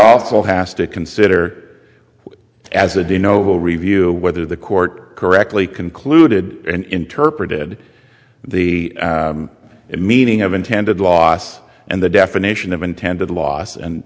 also has to consider as a de novo review whether the court correctly concluded interpreted the meaning of intended loss and the definition of intended loss and